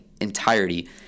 entirety